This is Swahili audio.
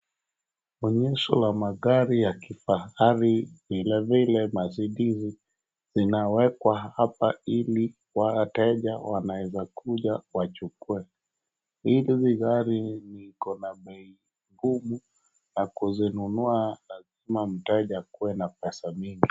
Onyesho ya mgari ya kifahari na vilevile mercedees zinawekwa hapa ili wateja wanaeza kuja wachukue. Hizi gari ziko na bei kubwa na kuzinunua lazima mteja akuwe na pesa mingi.